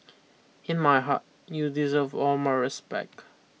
in my heart you deserve all my respect